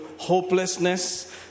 hopelessness